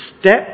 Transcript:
step